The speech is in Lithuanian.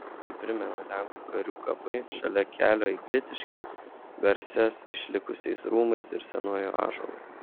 tai primena lenkų karių kapai šalia kelio į glitiškes garsias išlikusiais rūmais ir senuoju ąžuolu